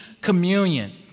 communion